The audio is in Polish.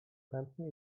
chętnie